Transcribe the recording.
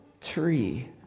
tree